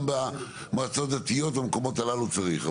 גם במועצות הדתיות ובמקומות הללו צריך,